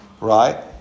right